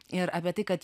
ir apie tai kad